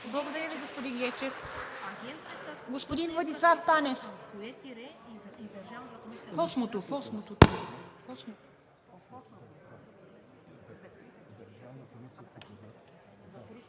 Благодаря Ви, господин Гечев. Господин Владислав Панев.